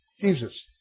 Jesus